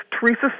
Teresa